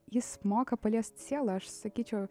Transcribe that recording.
jis moka paliesti sielą aš sakyčiau